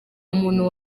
umuntu